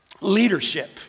Leadership